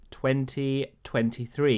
2023